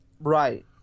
Right